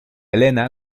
elena